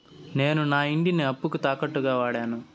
నేను నా ఇంటిని అప్పుకి తాకట్టుగా వాడాను